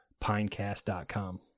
pinecast.com